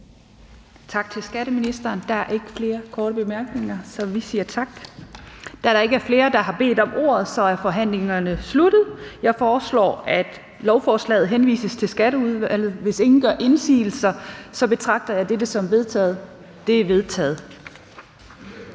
(Theresa Berg Andersen): Der er ikke flere korte bemærkninger, så vi siger tak til ministeren. Da der ikke er flere, der har bedt om ordet, er forhandlingen sluttet. Jeg foreslår, at lovforslaget henvises til Skatteudvalget. Hvis ingen gør indsigelse, betragter jeg dette som vedtaget. Det er vedtaget.